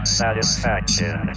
satisfaction